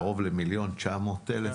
קרוב ל-1.9 מיליון,